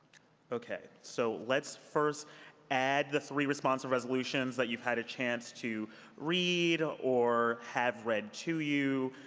okay. so let's first add the three responsive resolutions that you've had a chance to read or have read to you.